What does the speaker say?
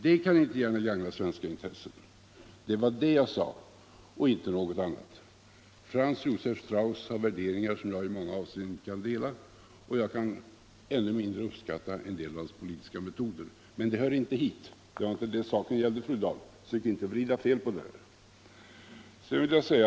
Det kan inte gärna gagna svenska intressen. Det var det jag sade och inte något annat. Franz Josef Strauss har värderingar som jag i många avseenden inte kan dela, och jag kan ännu mindre uppskatta en del av hans politiska metoder. Men det hör inte hit. Det var inte det saken gällde, fru Dahl. Försök inte att vrida fel på det här.